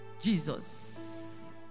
Jesus